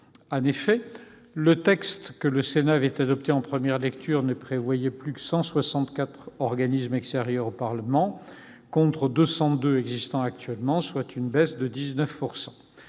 En effet, le texte que le Sénat avait adopté en première lecture prévoyait que ne subsisteraient plus que 164 organismes extérieurs au Parlement, contre 202 actuellement, soit une baisse de 19 %.